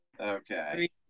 Okay